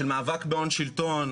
של מאבק בהון-שלטון,